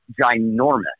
ginormous